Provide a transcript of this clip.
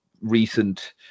recent